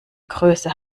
größe